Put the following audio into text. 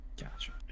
Gotcha